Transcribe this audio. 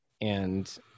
and-